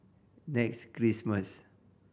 next Christmas